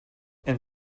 and